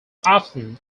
often